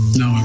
no